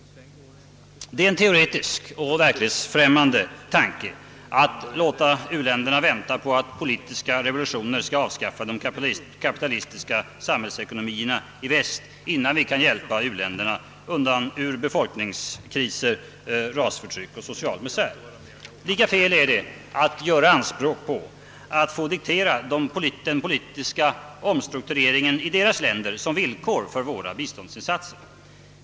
Det är en teoretisk och verklighetsfrämmande tanke att låta u-länderna vänta på att politiska revolutioner skall avskaffa de kapitalistiska samhällsekonomierna i väst, innan vi kan hjälpa u-länderna ur befolkningskriser, rasförtryck och social misär. Lika fel är det att göra anspråk på att få diktera den politiska omstruktureringen i deras länder som villkor för våra biståndsinsatser.